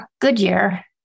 Goodyear